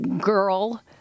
girl